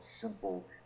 simple